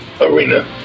arena